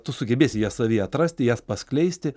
tu sugebėsi jas savy atrasti jas paskleisti